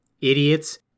idiots